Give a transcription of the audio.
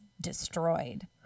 destroyed